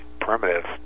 primitive